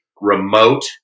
remote